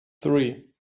three